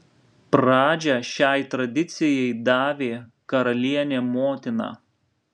pradžią šiai tradicijai davė karalienė motina